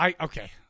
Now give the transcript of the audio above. Okay